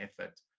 effort